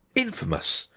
infamous!